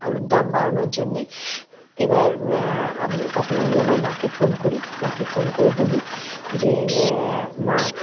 আলুর দম বানানোর জন্যে এবার আমি তখন আমি আমার মাকে ফোন করি মাকে ফোন করে বলি যে মা